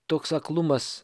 toks aklumas